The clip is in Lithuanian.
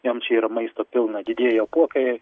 jom čia yra maisto pilna didieji apuokai